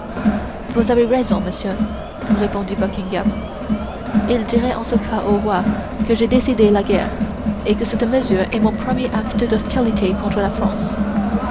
vous avez raison monsieur répondit buckingham il dirait en ce cas au roi que j'ai décidé la guerre et que cette mesure est mon premier acte d'hostilité contre la france